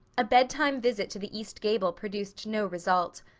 a bedtime visit to the east gable produced no result.